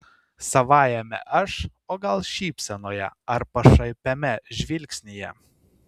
savajame aš o gal šypsenoje ar pašaipiame žvilgsnyje